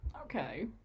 Okay